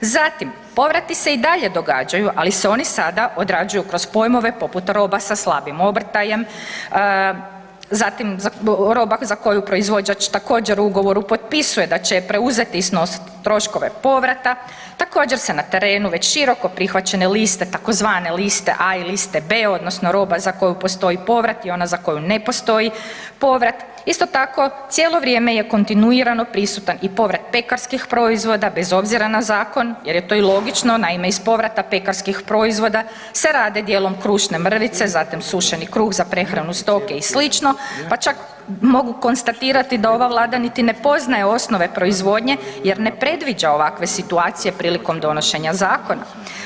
Zatim, povrati se i dalje događaju, ali se oni sada odrađuju kroz pojmove poput roba sa slabim obrtajem, zatim, roba za koju proizvođač također, u ugovoru potpisuje da će je preuzeti i snositi troškove povrata, također, se na terenu već široko prihvaćene liste tzv. liste A i liste B odnosno roba za koju postoji povrat i ona za koju ne postoji povrat, isto tako, cijelo vrijeme je kontinuirano prisutan povratak pekarskih proizvoda bez obzira na zakon jer je to i logično, naime iz povrata pekarskih proizvoda se rade dijelom krušne mrvice, zatim sušeni kruh za prehranu stoke i sl., pa čak mogu konstatirati da ova Vlada niti poznaje osnove proizvodnje jer ne predviđa ovakve situacije prilikom donošenja zakona.